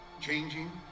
changing